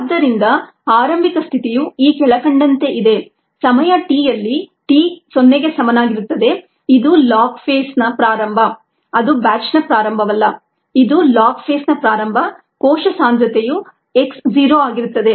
ಆದ್ದರಿಂದ ಆರಂಭಿಕ ಸ್ಥಿತಿಯು ಈ ಕೆಳಕಂಡಂತೆ ಇದೆ ಸಮಯ t ಯಲ್ಲಿ t 0 ಗೆ ಸಮನಾಗಿರುತ್ತದೆ ಇದು ಲಾಗ್ ಫೇಸ್ನ ಪ್ರಾರಂಭ ಅದು ಬ್ಯಾಚ್ನ ಪ್ರಾರಂಭವಲ್ಲ ಇದು ಲಾಗ್ ಫೇಸ್ನ ಪ್ರಾರಂಭ ಕೋಶ ಸಾಂದ್ರತೆಯು x ಜೀರೋ ಆಗಿರುತ್ತದೆ